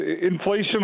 inflation